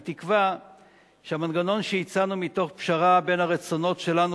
אני מקווה שהמנגנון שהצענו מתוך פשרה בין הרצונות שלנו,